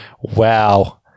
Wow